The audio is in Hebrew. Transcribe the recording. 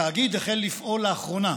התאגיד החל לפעול לאחרונה